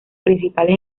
principales